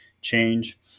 change